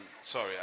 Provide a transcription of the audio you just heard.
sorry